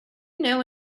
know